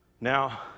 Now